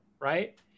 right